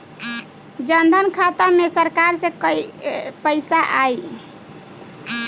जनधन खाता मे सरकार से पैसा आई?